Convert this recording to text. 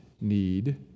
need